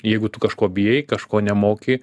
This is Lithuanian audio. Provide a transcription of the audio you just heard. jeigu tu kažko bijai kažko nemoki